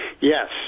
Yes